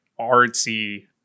artsy